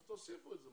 אז תוסיפו את זה.